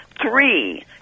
three